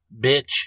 bitch